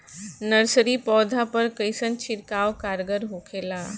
Nursery पौधा पर कइसन छिड़काव कारगर होखेला?